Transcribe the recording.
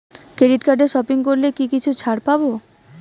Credit কার্ডে shopping করলে কি কিছু ছাড় পাব?